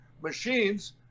machines